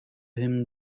him